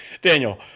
Daniel